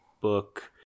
book